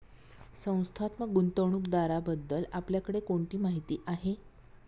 संस्थात्मक गुंतवणूकदाराबद्दल आपल्याकडे कोणती माहिती आहे?